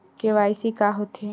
KYC का होथे?